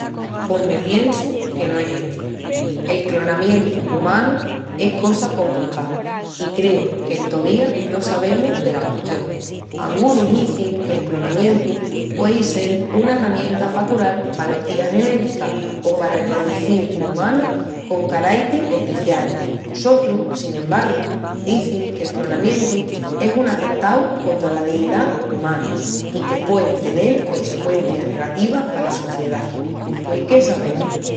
Pos me piensu que no es éticu. El clonamientu umanu es cosa compricá i creu qu'entovía no sabemus dela custión. Angunus izin que'l clonamientu puei sel una herramienta pa cural malotías genéticas o pa reproduzil umanus con caraitis especialis. Sotrus, sin embargu, izin que'l clonamientu es un atentau contra la dinidá umana i que puei tenel conseqüencias negativas pala sociedá. Pui qué sabemus?